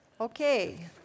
Okay